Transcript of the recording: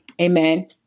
Amen